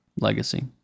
legacy